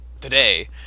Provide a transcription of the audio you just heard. today